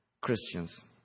Christians